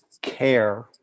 care